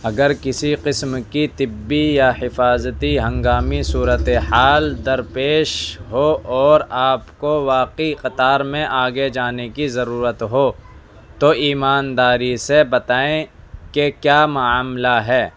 اگر کسی قسم کی طبی یا حفاظتی ہنگامی صورت حال درپیش ہو اور آپ کو واقعی قطار میں آگے جانے کی ضرورت ہو تو ایمانداری سے بتائیں کہ کیا معاملہ ہے